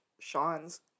Sean's